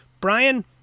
Brian